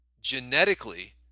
genetically